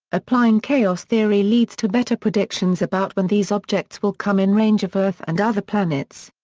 applying chaos theory leads to better predictions about when these objects will come in range of earth and other planets.